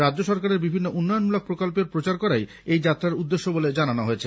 রাজ্য সরকারের বিভিন্ন উন্নয়নমূলক প্রকল্পের প্রচার করাই এই যাত্রার উদ্দেশ্য বলে জানানো হয়েছে